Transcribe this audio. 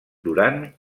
durant